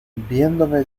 viéndome